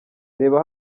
reba